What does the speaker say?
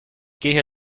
gehe